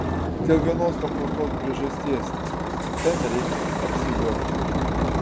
dėl vienos paprastos priežasties ten reikia apsiliuobti